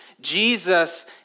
Jesus